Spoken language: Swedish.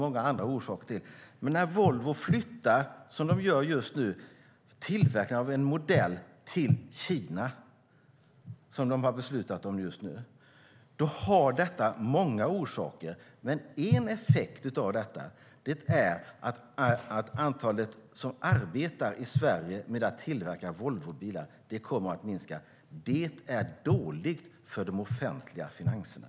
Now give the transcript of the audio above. Att Volvo beslutar att flytta tillverkningen av en modell till Kina, vilket de just gjort, har många orsaker, men en effekt blir att antalet som arbetar med att tillverka Volvobilar i Sverige minskar. Det är dåligt för de offentliga finanserna.